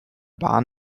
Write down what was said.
bahn